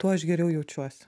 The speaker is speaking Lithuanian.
tuo aš geriau jaučiuosi